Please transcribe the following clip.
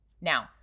Now